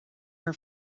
her